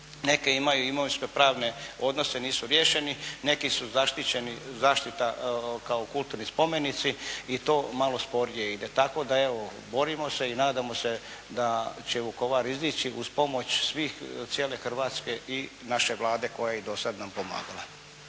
neke imaju imovinsko-pravne odnose nisu riješeni, neki su zaštićeni, zaštita kao kulturni spomenici i to malo sporije ide. Tako da, evo borimo se i nadamo se da će Vukovar izići uz pomoć svih, cijele Hrvatske i naše Vlade koja i do sad nam pomagala.